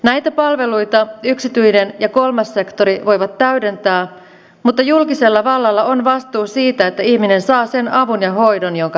näitä palveluita yksityinen ja kolmas sektori voivat täydentää mutta julkisella vallalla on vastuu siitä että ihminen saa sen avun ja hoidon jonka hän tarvitsee